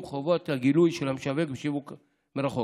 חובות הגילוי של המשווק בשיווק מרחוק.